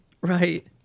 Right